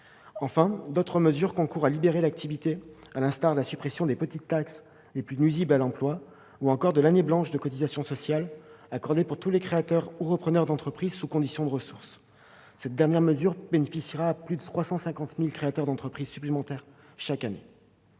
Enfin, d'autres mesures concourent à libérer l'activité, à l'instar de la suppression des petites taxes les plus nuisibles à l'emploi, ou encore de l'année blanche de cotisations sociales accordée, sous condition de ressources, à tous les créateurs ou repreneurs d'entreprises. Cette dernière mesure profitera à plus de 350 000 créateurs d'entreprises supplémentaires chaque année.